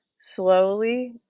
slowly